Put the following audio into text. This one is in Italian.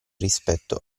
rispetto